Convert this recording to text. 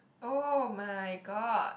[oh]-my-god